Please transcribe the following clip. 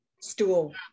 stool